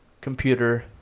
computer